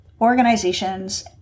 organizations